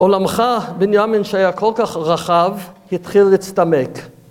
עולמך, בנימין, שהיה כל כך רחב, התחיל להצטמק